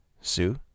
Sue